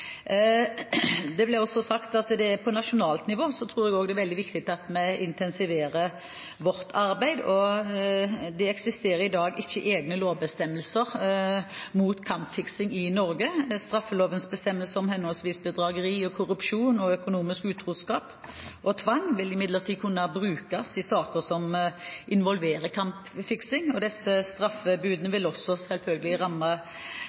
På nasjonalt nivå tror jeg det er veldig viktig at vi intensiverer vårt arbeid. I dag er det ikke egne lovbestemmelser i Norge mot kampfiksing. Straffelovens bestemmelser om henholdsvis bedrageri, korrupsjon, økonomisk utroskap og tvang vil imidlertid kunne brukes i saker som involverer kampfiksing. Disse straffebudene vil selvfølgelig også ramme